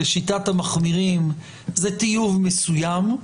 לשיטת המחמירים זה טיוב מסוים,